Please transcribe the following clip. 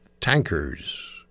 tankers